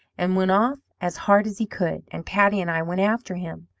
and went off as hard as he could and patty and i went after him,